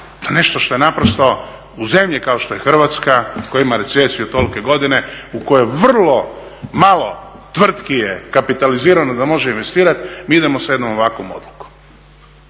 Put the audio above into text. nešto što je naprosto u zemlji kao što je Hrvatska koja ima recesiju tolike godine, u kojoj vrlo malo tvrtki ja kapitalizirano da može investirati, mi idemo sa jednom ovakvom odlukom.